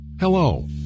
Hello